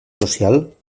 social